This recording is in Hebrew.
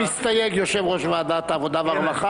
יו"ר הכנסת ראובן ריבלין: מסתייג יושב ראש ועדת העבודה והרווחה